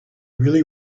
really